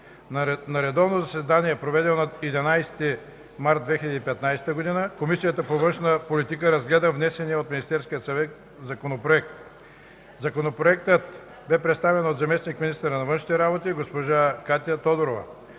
На редовно заседание, проведено на 11 март 2015 година, Комисията по външна политика разгледа внесения от Министерския съвет Законопроект. Законопроектът бе представен от заместник-министъра на външните работи госпожа Катя Тодорова.